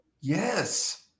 yes